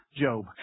Job